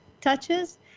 touches